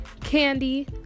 candy